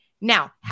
now